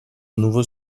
nouveau